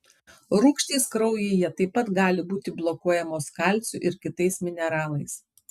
rūgštys kraujyje taip pat gali būti blokuojamos kalciu ir kitais mineralais